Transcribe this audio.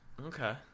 Okay